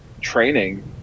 training